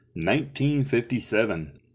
1957